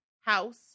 house